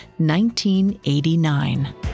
1989